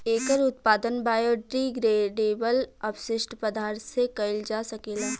एकर उत्पादन बायोडिग्रेडेबल अपशिष्ट पदार्थ से कईल जा सकेला